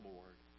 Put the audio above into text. Lord